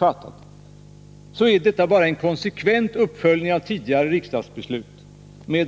Det är risk för betydande störningar som det